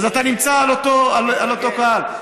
אז אתה נמצא על אותו קהל.